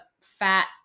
fat